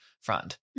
front